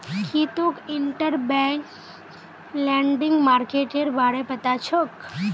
की तोक interbank lending मार्केटेर बारे पता छोक